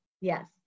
Yes